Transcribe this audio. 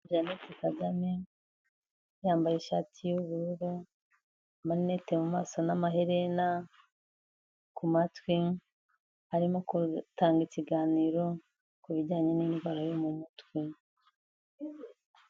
Jeanette Kagame, yambaye ishati y'ubururu, amarineti mu maso n'ama herena ku matwi, arimo gutanga ikiganiro, kubijyanye n'indwara yo mu mutwe.